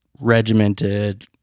regimented